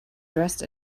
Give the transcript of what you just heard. dressed